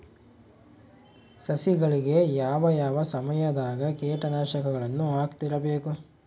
ಸಸಿಗಳಿಗೆ ಯಾವ ಯಾವ ಸಮಯದಾಗ ಕೇಟನಾಶಕಗಳನ್ನು ಹಾಕ್ತಿರಬೇಕು?